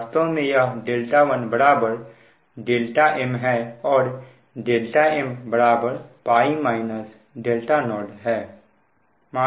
वास्तव में यह 1 δm है और mπ 0 है